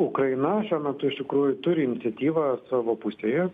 ukraina šiuo metu iš tikrųjų turi iniciatyvą savo pusėje